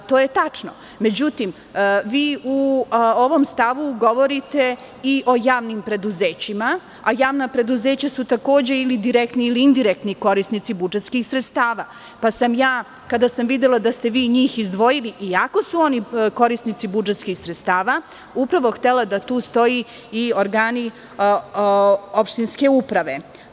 To je tačno, međutim, vi u ovom stavu govorite i o javnim preduzećima, a javna preduzeća su, takođe, ili direktni ili indirektni korisnici budžetskih sredstava, pa sam ja, kada sam videla da ste vi njih izdvojili iako su oni korisnici budžetskih sredstava, upravo htela da tu stoji - i organi opštinske uprave.